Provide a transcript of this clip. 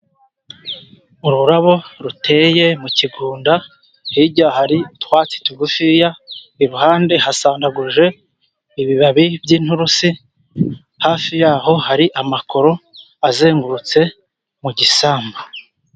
Ururabo ruteye mu kigunda hirya hari utwatsi tugufiya iruhande hasandaguje ibibabi by'inturusu, hafi yaho hari amakoro azengurutse mu gisambu.